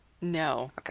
No